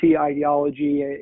ideology